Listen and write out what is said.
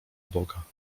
boga